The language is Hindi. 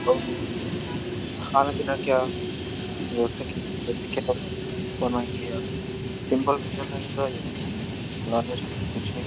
तब वह खाना पीना क्या व्यवस्था क्या कैसे क्या बनवाएँगे या सिम्पल भोजन रहेगा या नान वेज्ट कुछ में